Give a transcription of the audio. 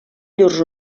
llurs